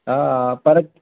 हा पर